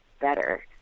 better